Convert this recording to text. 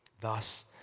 Thus